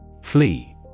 Flee